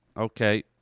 okay